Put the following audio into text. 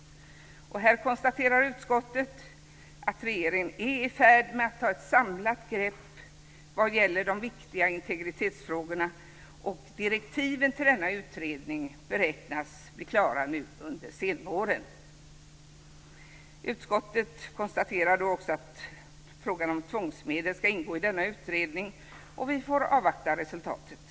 Utskottet konstaterar att regeringen är i färd med att ta ett samlat grepp vad gäller de viktiga integritetsfrågorna. Direktiven till denna utredning beräknas bli klara nu under senvåren. Utskottet konstaterar också att frågan om tvångsmedel ska ingå i denna utredning. Vi får avvakta resultatet.